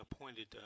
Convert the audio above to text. appointed